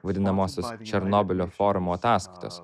vadinamosios černobylio forumo ataskaitos